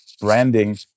branding